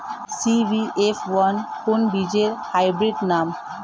CBF one কোন বীজের hybrid নাম?